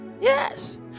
yes